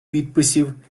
підписів